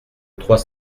trois